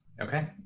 okay